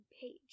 page